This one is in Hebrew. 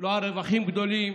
לא על רווחים גדולים.